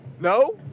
No